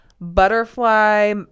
butterfly